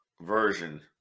version